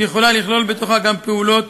שיכולה לכלול בתוכה גם פעולות